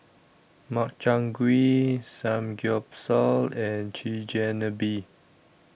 Makchang Gui Samgyeopsal and Chigenabe